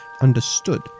understood